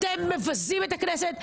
אתם מבזים את הכנסת.